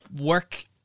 work